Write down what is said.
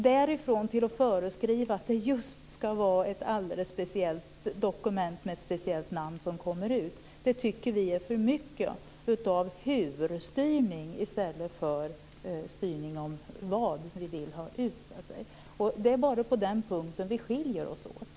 Därifrån till att föreskriva att det just ska vara ett alldeles speciellt dokument med ett speciellt namn som kommer ut av utvecklingssamtalet tycker vi är för mycket av huvudstyrning i stället för styrning av vad vi vill ha ut av dem. Det är bara på den punkten som vi skiljer oss åt.